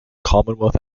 commonwealth